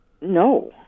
No